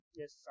yes